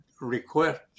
request